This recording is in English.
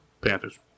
Panthers